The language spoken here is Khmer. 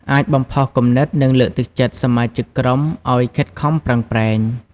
អាចបំផុសគំនិត និងលើកទឹកចិត្តសមាជិកក្រុមឱ្យខិតខំប្រឹងប្រែង។